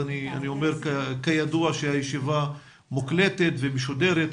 אני אומר כידוע שהישיבה מוקלטת ומשודרת,